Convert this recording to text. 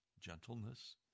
gentleness